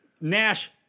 Nash